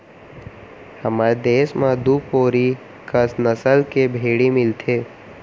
हमर देस म दू कोरी कस नसल के भेड़ी मिलथें